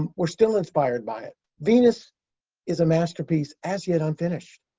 um we're still inspired by it. venus is a masterpiece as yet unfinished.